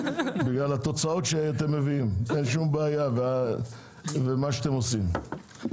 בגלל התוצאות שאתם מביאים ומה שאתם עושים.